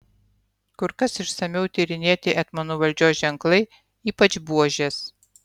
kur kas išsamiau tyrinėti etmonų valdžios ženklai ypač buožės